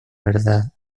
verdad